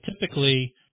typically